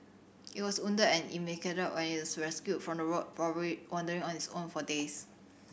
it was wounded and emaciated when it was rescued from the road probably wandering on its own for days